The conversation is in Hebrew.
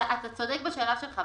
אתה צודק בשאלה שלך,